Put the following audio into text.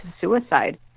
suicide